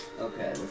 Okay